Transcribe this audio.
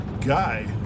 guy